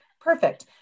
Perfect